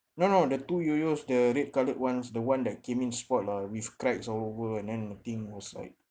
no no the two yoyos the red coloured ones the one that came in spoiled lah with cracks all over and the thing was like